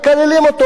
אתה ימני,